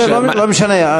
לא משנה.